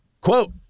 Quote